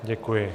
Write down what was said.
Děkuji.